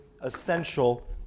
essential